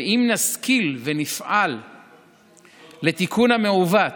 ואם נשכיל ונפעל לתיקון המעוות